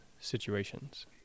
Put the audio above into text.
situations